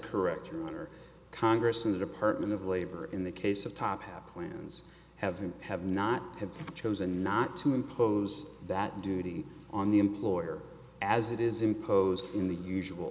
correct your honor congress and the department of labor in the case of top hat plans have they have not have chosen not to impose that duty on the employer as it is imposed in the usual